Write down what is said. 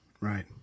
Right